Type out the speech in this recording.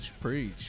preach